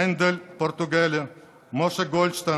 מנדל פורטוגלי, משה גולדשטיין,